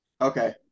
Okay